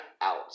out